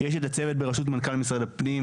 יש את הצוות בראשות מנכ"ל משרד הפנים,